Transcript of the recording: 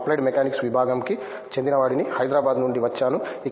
నేను applied mechanics విభాగం కి చెందిన వాడిని హైదరాబాద్ నుండి వచ్చాను